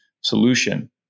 solution